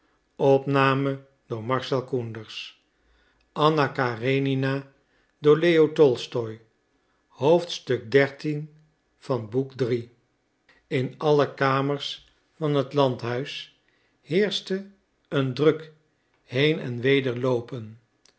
in alle kamers van het landhuis heerschte een druk heen en wederloopen